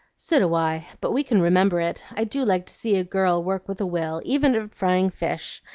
so do i, but we can remember it. i do like to see a girl work with a will, even at frying fish.